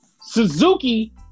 Suzuki